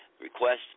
request